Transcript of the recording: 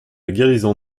guérison